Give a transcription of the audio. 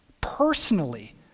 personally